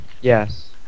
Yes